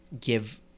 give